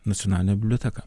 nacionalinę biblioteką